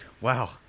Wow